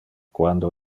quando